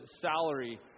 salary